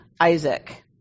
Isaac